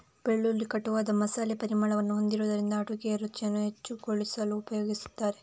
ಬೆಳ್ಳುಳ್ಳಿ ಕಟುವಾದ ಮಸಾಲೆ ಪರಿಮಳವನ್ನು ಹೊಂದಿರುವುದರಿಂದ ಅಡುಗೆಯ ರುಚಿಯನ್ನು ಹೆಚ್ಚುಗೊಳಿಸಲು ಉಪಯೋಗಿಸುತ್ತಾರೆ